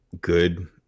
good